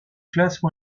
classe